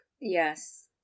Yes